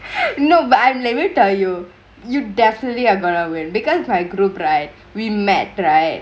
no but I'm let me tell you you definitely I gonna win because I grew group right we met right